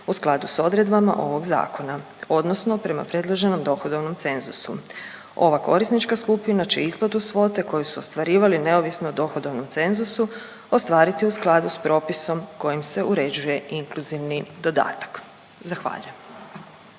u skladu s odredbama ovog zakona odnosno prema predloženom dohodovnom cenzusu. Ova korisnička skupina će isplatu svote koju su ostvarivali neovisno o dohodovnom cenzusu ostvariti u skladu s propisom kojim se uređuje inkluzivni dodatak, zahvaljujem.